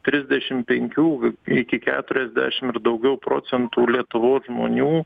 trisdešim penkių iki keturiasdešim ir daugiau procentų lietuvos žmonių